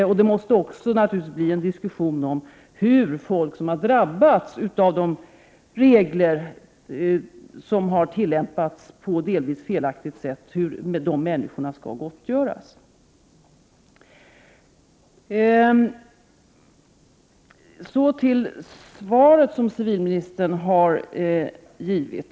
Naturligtvis måste det sedan bli en diskussion om hur folk som har drabbats av att regler har tillämpats på delvis felaktigt sätt skall gottgöras. Så till det svar som civilministern har givit.